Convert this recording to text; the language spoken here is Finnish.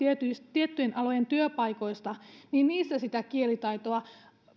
tiettyjen alojen työpaikoista niin niissä sitä kielitaitoa